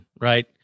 right